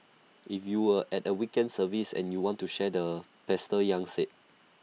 if you were at the weekend service and you want to share the pastor yang said